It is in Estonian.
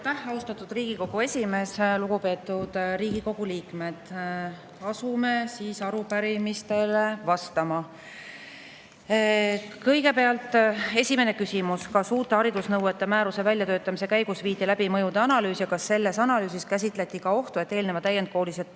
austatud Riigikogu esimees! Lugupeetud Riigikogu liikmed! Asume arupärimistele vastama. Kõigepealt esimene küsimus: "Kas uute haridusnõuete määruse väljatöötamise käigus viidi läbi mõjude analüüs ja kas selles analüüsis käsitleti ka ohtu, et eelneva täiendkoolituseta